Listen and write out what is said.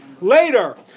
later